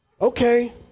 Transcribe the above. Okay